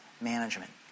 management